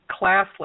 classless